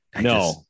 No